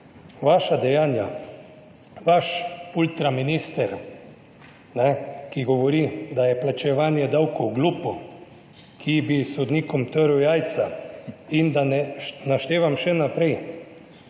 kaj govorimo. Vaš ultra minister, ki govori, da je plačevanje davkov glupo, ki bi sodnikom trl jajca, da ne naštevam še naprej,